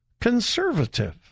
conservative